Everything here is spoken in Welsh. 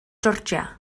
georgia